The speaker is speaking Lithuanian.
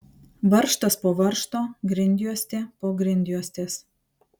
varžtas po varžto grindjuostė po grindjuostės